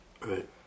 Right